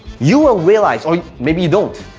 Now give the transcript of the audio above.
you will realize, or maybe you don't,